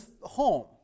home